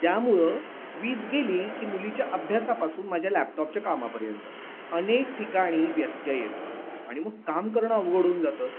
त्यामुळं वीज गेली की मुलीच्या अभ्यासापासून माझ्या लॅपटॉपच्या कामापर्यंत अनेक ठिकाणी व्यत्यय येतो आणि मग काम करणं अवघड होऊन जातं